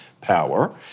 power